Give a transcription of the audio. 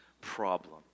problem